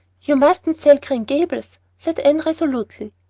you mustn't sell green gables, said anne resolutely.